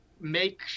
make